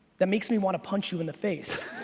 that makes me want to punch you in the face.